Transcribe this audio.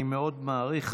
אני מעריך מאוד.